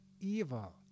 evil